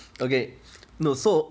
okay no so